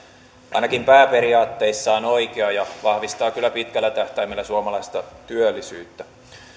ainakin pääperiaatteissaan oikea ja vahvistaa kyllä pitkällä tähtäimellä suomalaista työllisyyttä